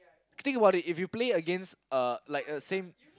think about it if you play against uh like a same